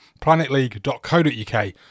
planetleague.co.uk